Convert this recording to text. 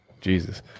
Jesus